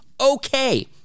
Okay